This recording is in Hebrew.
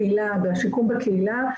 השיקום האפקטיבי באמת הוא בקהילה והשיקום בקהילה,